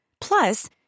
Plus